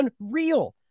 unreal